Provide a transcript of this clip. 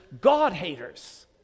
God-haters